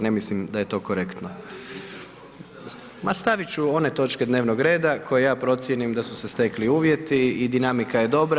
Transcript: Ne mislim da je to korektno. … [[Upadica se ne razumije.]] Ma stavit ću one točke dnevnog reda koje ja procijenim da su se stekli uvjeti i dinamika je dobra.